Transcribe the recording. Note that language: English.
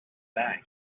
bank